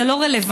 זה לא רלוונטי.